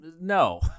No